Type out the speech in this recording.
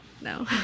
No